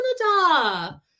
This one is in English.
Canada